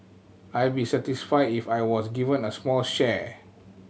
I be satisfied if I was given a small share